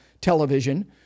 television